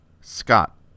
Scott